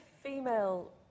female